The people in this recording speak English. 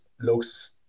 looks